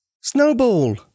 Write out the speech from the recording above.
Snowball